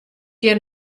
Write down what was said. hjir